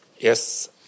yes